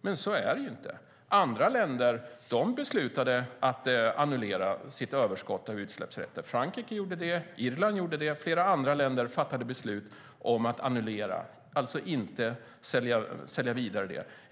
Men så är det inte. Andra länder beslutade att annullera sitt överskott av utsläppsrätter. Frankrike gjorde det. Irland gjorde det. Flera andra länder fattade beslut om att annullera, alltså inte sälja det vidare.